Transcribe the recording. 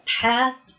past